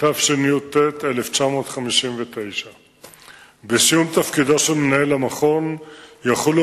התשי"ט 1959. בסיום תפקידו של מנהל המכון יחולו